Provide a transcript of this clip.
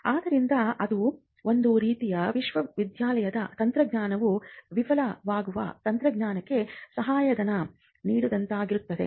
ಆದ್ದರಿಂದ ಅದು ಒಂದು ರೀತಿ ಯಶಸ್ವಿಯಾದ ತಂತ್ರಜ್ಞಾನವು ವಿಫಲವಾಗುವ ತಂತ್ರಜ್ಞಾನಕ್ಕೆ ಸಹಾಯಧನ ನೀಡಿದಂತಾಗುತ್ತದೆ